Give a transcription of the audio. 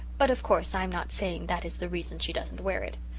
but of course i'm not saying that is the reason she doesn't wear it.